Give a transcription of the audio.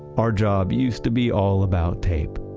our job used to be all about tape.